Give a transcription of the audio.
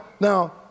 now